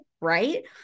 right